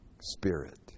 spirit